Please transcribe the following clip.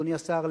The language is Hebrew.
אדוני השר,